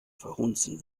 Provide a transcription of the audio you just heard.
verhunzen